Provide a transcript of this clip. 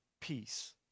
peace